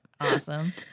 awesome